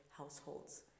households